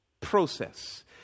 process